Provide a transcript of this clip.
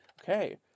Okay